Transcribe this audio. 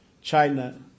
China